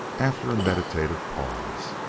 after a meditative pause.